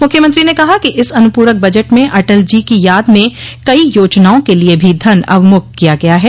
मुख्यमंत्री ने कहा कि इस अनुपूरक बजट में अटल जी की याद में कई योजनाओं के लिए भी धन अवमुक्त किया गया है